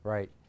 Right